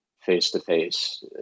face-to-face